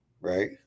Right